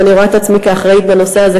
ואני רואה את עצמי אחראית בנושא הזה,